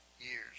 years